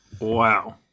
Wow